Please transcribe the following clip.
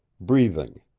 breathing,